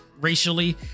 racially